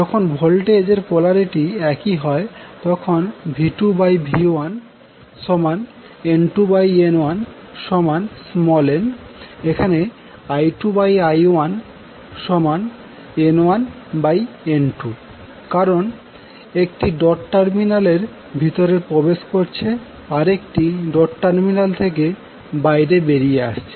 যখন ভোল্টেজ এর পোলারিটি একই হয় তখন V2V1N2N1n এখানে I2I1N1N2 কারন একটি ডট টার্মিনাল এর ভিতরে প্রবেশ করছে আর একটি ডট টার্মিনাল থেকে বাইরে বেরিয়ে আসছে